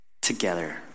together